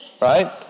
Right